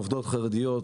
עובדות חרדיות,